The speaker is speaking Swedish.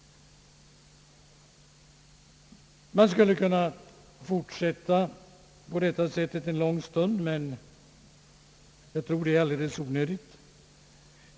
Jag skulle kunna fortsätta på detta sätt en lång stund, men jag tror det är onödigt.